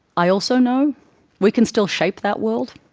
i also know we can still shape that world,